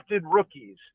rookies